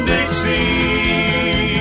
Dixie